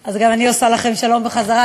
אז גם אני "עושה לכם שלום" בחזרה.